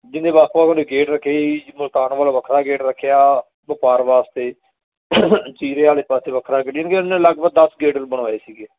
ਜਿਹਦੇ ਵੱਖ ਵੱਖ ਉਹਨੇ ਗੇਟ ਰੱਖੇ ਸੀ ਜਿਵੇਂ ਮੁਲਤਾਨ ਵੱਲ ਵੱਖਰਾ ਗੇਟ ਰੱਖਿਆ ਵਪਾਰ ਵਾਸਤੇ ਚੀਰੇ ਵਾਲੇ ਪਾਸੇ ਵੱਖਰਾ ਗੇਟ ਕਿਉਂਕਿ ਉਹਨੇ ਲਗਭਗ ਦਸ ਗੇਟ ਵੀ ਬਣਵਾਏ ਸੀਗੇ